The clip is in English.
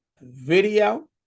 video